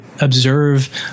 observe